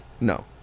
No